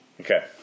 Okay